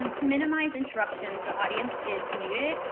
um to minimize interruptions, the audience is muted,